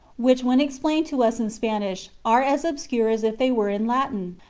which, when explained to us in spanish, are as obscure as if they were in latin?